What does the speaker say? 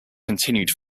continued